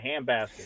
handbasket